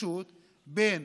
התנגשות בין